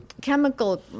Chemical